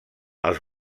els